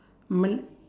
mal~